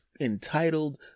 entitled